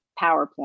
PowerPoint